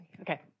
Okay